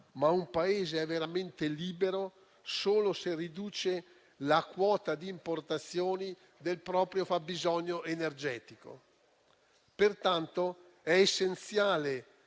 ma un Paese è veramente libero solo se riduce la quota di importazioni del proprio fabbisogno energetico. È essenziale